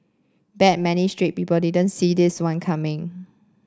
bet many straight people didn't see this one coming